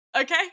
Okay